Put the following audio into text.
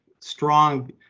strong